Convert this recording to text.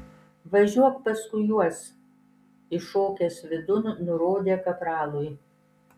važiuok paskui juos įšokęs vidun nurodė kapralui